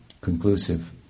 conclusive